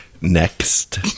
Next